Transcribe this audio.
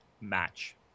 match